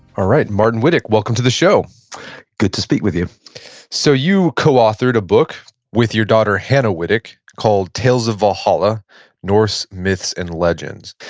all right, martyn whittock, welcome to the show good to speak with you so you co-authored a book with your daughter hannah whittock called tales of valhalla norse myths and legends.